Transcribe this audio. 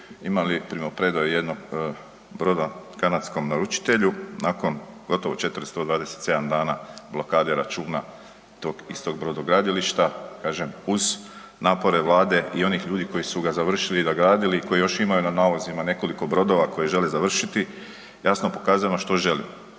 imali primopredaju jednog broda kanadskom naručitelju nakon gotovo 427 dana blokade računa tog istog brodogradilišta, kažem uz napore Vlade i onih koji su ga završili i gradili i koji još imaju na nalozima nekoliko brodova koje žele završiti, jasno je pokazano što želimo.